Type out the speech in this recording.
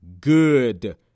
good